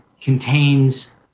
contains